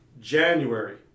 January